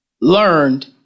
learned